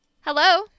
Hello